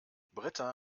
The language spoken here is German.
britta